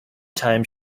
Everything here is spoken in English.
time